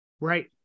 Right